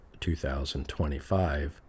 2025